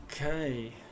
Okay